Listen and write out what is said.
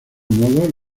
modo